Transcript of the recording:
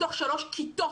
מתוך שלוש כיתות,